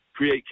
create